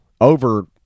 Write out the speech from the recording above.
over